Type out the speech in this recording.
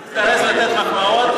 אל תזדרז לתת מחמאות,